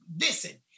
listen